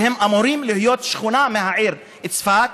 שהם אמורים להיות שכונה בעיר צפת,